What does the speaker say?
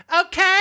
Okay